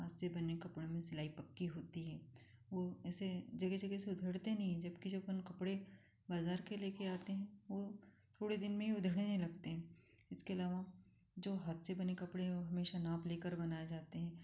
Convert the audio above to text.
हाथ से बने कपड़ो में सिलाई पक्की होती है वो ऐसे जगह जगह से उधड़ते नहीं है जबकि जो अपन कपड़े बाज़ार के लेके आते हैं वो थोड़े दिन में ही उधड़ने लगते हैं इसके अलावा जो हाथ से बने कपड़े है वो हमेशा नाप लेकर बनाए जाते हैं